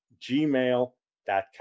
gmail.com